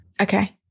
Okay